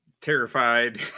terrified